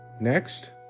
Next